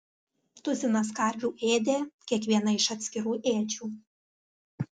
tuzinas karvių ėdė kiekviena iš atskirų ėdžių